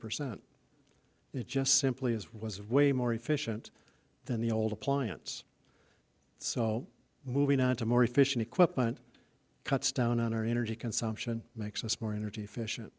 percent it just simply is was way more efficient than the old appliance so moving on to more efficient equipment cuts down on our energy consumption makes us more energy efficient